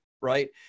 right